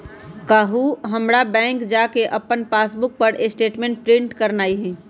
काल्हू हमरा बैंक जा कऽ अप्पन पासबुक पर स्टेटमेंट प्रिंट करेनाइ हइ